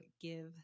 give